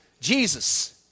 Jesus